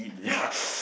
ya